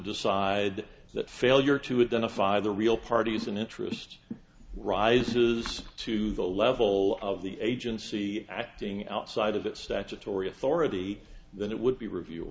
decide that failure to within a five the real parties in interest rises to the level of the agency acting outside of its statutory authority that it would be review